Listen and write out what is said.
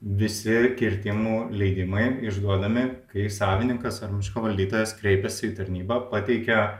visi kirtimų leidimai išduodami kai savininkas ar miško valdytojas kreipiasi į tarnybą pateikia